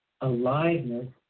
aliveness